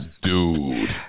dude